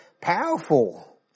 powerful